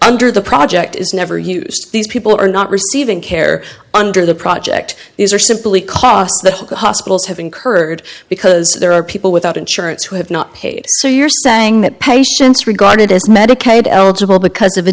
under the project is never used these people are not receiving care under the project these are simply costs that the hospitals have incurred because there are people without insurance who have not paid so you're saying that patients regarded as medicaid eligible because of a